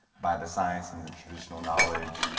by the science and the traditional knowledge,